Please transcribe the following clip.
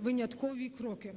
виняткові кроки.